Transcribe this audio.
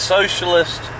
socialist